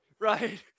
right